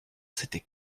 s’était